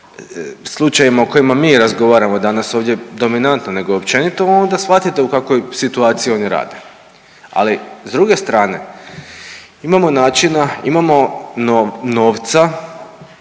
slučajevima o kojima mi razgovaramo danas ovdje dominantno nego općenito onda shvatite u kakvoj situaciji oni rade. Ali s druge strane imamo načina, imamo novca